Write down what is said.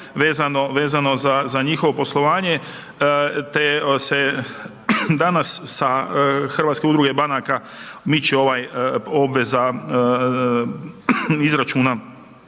vezano za njihovo poslovanje te se danas sa Hrvatske udruge banaka miče ovaj obveza izračuna